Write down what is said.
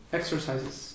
exercises